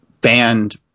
banned